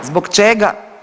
Zbog čega?